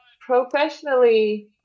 professionally